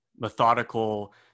methodical